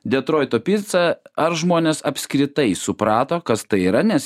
detroito pica ar žmonės apskritai suprato kas tai yra nes